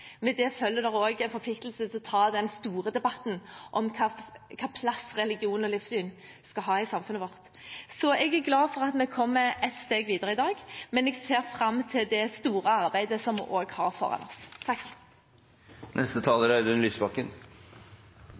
følger det også en forpliktelse til å ta den store debatten om hvilken plass religion og livssyn skal ha i samfunnet vårt. Jeg er glad for at vi kommer et steg videre i dag, men jeg ser også fram til det store arbeidet som vi har foran oss.